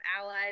allies